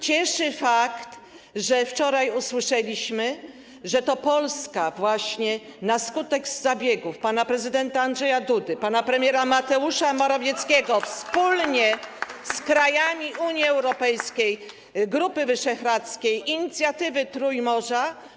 Cieszy fakt, o którym wczoraj usłyszeliśmy, że to Polska właśnie, na skutek zabiegów pana prezydenta Andrzeja Dudy, pana premiera Mateusza Morawieckiego, [[Wesołość na sali]] wspólnie z krajami Unii Europejskiej, Grupy Wyszehradzkiej, Inicjatywy Trójmorza.